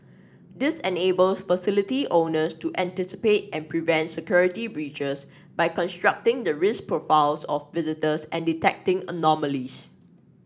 this enables facility owners to anticipate and prevent security breaches by constructing the risk profiles of visitors and detecting anomalies